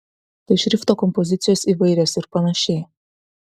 tai šrifto kompozicijos įvairios ir panašiai